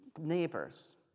neighbors